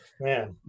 Man